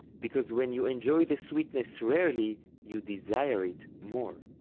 because when you enjoy the sweetness rarely, you desire it more.